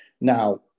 now –